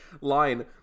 line